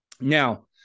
Now